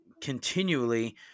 continually